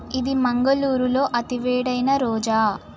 ఇది మంగళూరులో అతి వేడైన రోజా